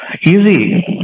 Easy